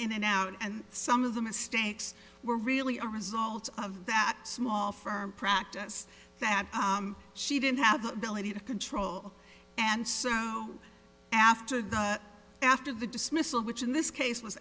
in and out and some of the mistakes were really a result of that small firm practice that she didn't have the ability to control and soon after after the dismissal which in this case was